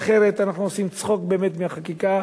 אחרת אנחנו עושים צחוק באמת מהחקיקה,